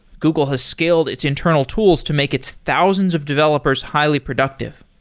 google has scaled its internal tools to make its thousands of developers highly productive.